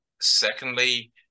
secondly